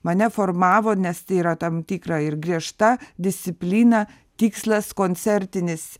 mane formavo nes tai yra tam tikra ir griežta disciplina tikslas koncertinis